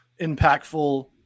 impactful